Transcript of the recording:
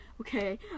okay